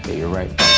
you're right.